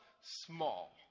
small